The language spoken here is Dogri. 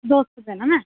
दो सौ रपेआ देना में